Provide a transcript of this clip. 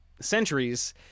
centuries